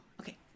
okay